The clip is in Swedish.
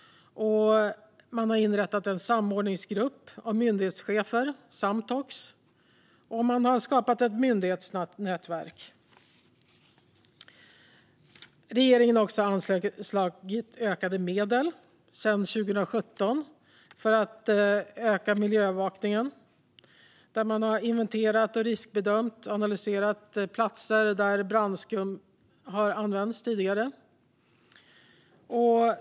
Man har inrättat en samordningsgrupp av myndighetschefer, Samtox, och man har skapat ett myndighetsnätverk. Regeringen har också anslagit ökade medel sedan 2017 för att öka miljöövervakningen. Man har inventerat, riskbedömt och analyserat platser där brandskum tidigare har använts.